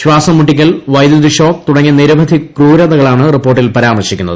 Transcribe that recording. ശ്വാസം മുട്ടിക്കൽ വൈദ്യുതി ഷോക്ക് തുടങ്ങിയ നിരവധി ക്രൂരതകളാണ് റിപ്പോർട്ടിൽ പരാമർശിക്കുന്നത്